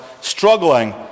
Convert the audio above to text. struggling